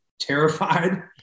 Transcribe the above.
terrified